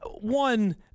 One